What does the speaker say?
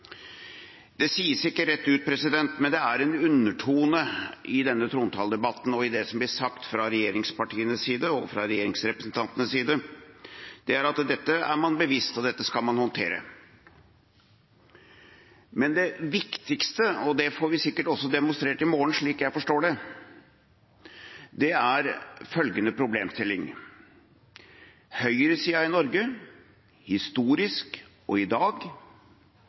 Det sies ikke rett ut, men det er en undertone i denne trontaledebatten og i det som blir sagt fra regjeringspartienes side og fra regjeringens representanters side om at dette er man seg bevisst, og at dette skal man håndtere. Men det viktigste – og det får vi sikkert demonstrert i morgen, slik jeg forstår det – er følgende problemstilling: Høyresida i Norge har historisk sett og i dag